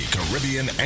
Caribbean